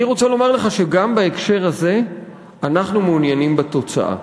אני רוצה לומר לך שגם בהקשר הזה אנחנו מעוניינים בתוצאה.